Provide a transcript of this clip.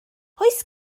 oes